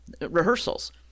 rehearsals